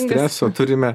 streso turime